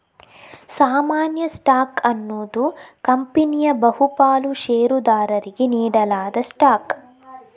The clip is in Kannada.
ಸಾಮಾನ್ಯ ಸ್ಟಾಕ್ ಅನ್ನುದು ಕಂಪನಿಯ ಬಹು ಪಾಲು ಷೇರುದಾರರಿಗೆ ನೀಡಲಾದ ಸ್ಟಾಕ್